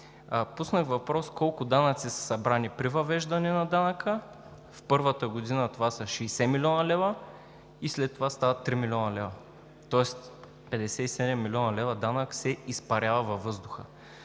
Пуснах въпрос: колко данъци са събрани при въвеждане на данъка? В първата година това са 60 млн. лв. и след това стават 3 млн. лв. Тоест 57 млн. лв. данък се изпарява във въздуха.